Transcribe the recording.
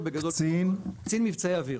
הבינלאומיות.